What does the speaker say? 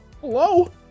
Hello